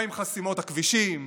מה עם חסימות הכבישים,